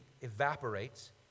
evaporates